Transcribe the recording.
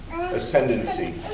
ascendancy